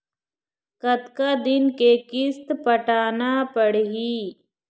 कतका दिन के किस्त पटाना पड़ही?